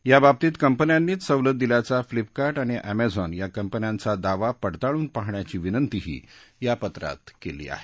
याबाबतीत कंपन्यांनीच सवलत दिल्याचा पिलपकार्ट आणि अर्स्झिन या कंपन्यांचा दावा पडताळून पाहण्याची विनंतीही या पत्रात केली आहे